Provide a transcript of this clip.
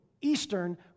Eastern